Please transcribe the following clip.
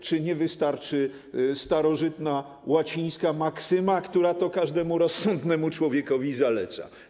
Czy nie wystarczy starożytna łacińska maksyma, która to każdemu rozsądnemu człowiekowi zaleca?